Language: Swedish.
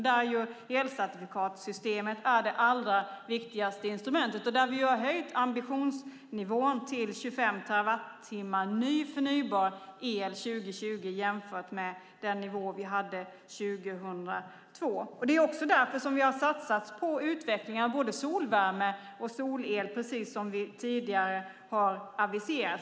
Här är elcertifikatssystemet det allra viktigaste instrumentet, och vi har höjt ambitionsnivån till 25 terawattimmar förnybar el 2020 jämfört med den nivå vi hade 2002. Därför har vi satsat på utvecklingen av såväl solvärme och solel, precis som vi tidigare har aviserat.